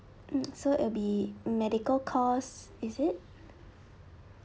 mm so it'll be medical costs is it